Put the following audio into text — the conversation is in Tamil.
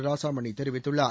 ராஜாமணி தெரிவித்துள்ளார்